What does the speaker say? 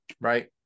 right